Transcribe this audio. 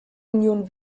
union